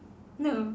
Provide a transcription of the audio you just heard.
no